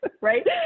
right